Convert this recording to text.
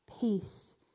peace